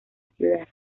ciudad